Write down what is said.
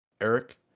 Eric